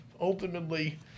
ultimately